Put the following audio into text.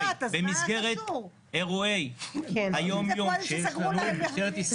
בלתי נתפס מה שהוא אומר.